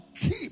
keep